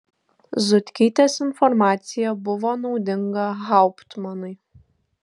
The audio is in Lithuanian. zutkytės informacija buvo naudinga hauptmanui